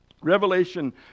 Revelation